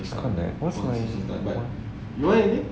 disconnect what's my